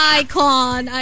icon